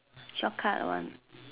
shortcut one